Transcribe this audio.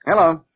Hello